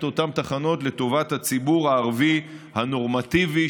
אותן תחנות לטובת הציבור הערבי הנורמטיבי,